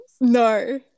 No